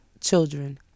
children